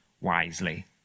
wisely